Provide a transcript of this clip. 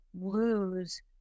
lose